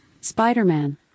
Spider-Man